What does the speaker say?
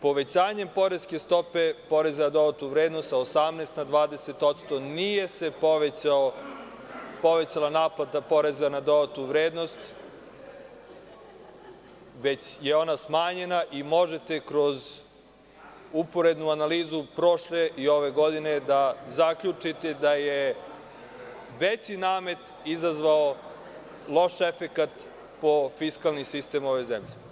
Povećanjem poreske stope PDV-a sa 18% na 20% nije se povećala naplata poreza na dodatnu vrednost već je ona smanjena i možete kroz uporednu analizu prošle i ove godine da zaključite da je veći namet izazvao loš efekat po fiskalni sistem ove zemlje.